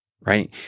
right